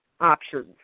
options